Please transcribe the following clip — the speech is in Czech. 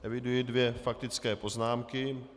Eviduji dvě faktické poznámky.